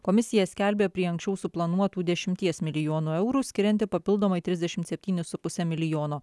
komisija skelbia prie anksčiau suplanuotų dešimties milijonų eurų skirianti papildomai trisdešimt septynis su puse milijono